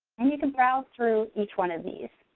and you can browse through each one of these.